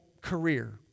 career